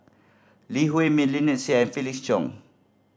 Lee Huei Min Lynnette Seah and Felix Cheong